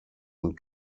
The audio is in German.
und